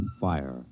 fire